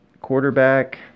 quarterback